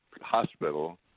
hospital